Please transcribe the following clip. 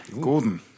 Gordon